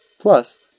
Plus